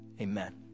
Amen